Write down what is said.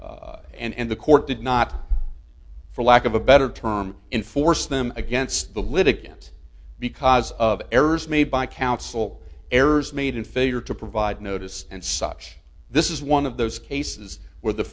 waived and the court did not for lack of a better term in forced them against the litigant because of errors made by counsel errors made in failure to provide notice and such this is one of those cases where the